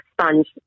sponge